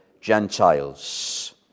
Gentiles